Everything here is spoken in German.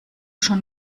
schon